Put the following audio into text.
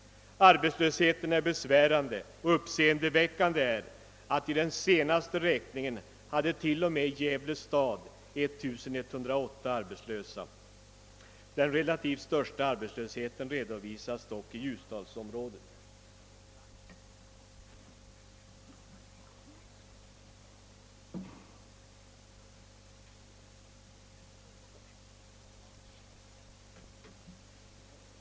Arbetslösheten är besvärande. Uppseendeväckande är att i den senaste räkningen hade t.o.m. Gävle stad 1108 arbetslösa. Den relativt största arbetslösheten redovisas dock i Ljusdalsområdet.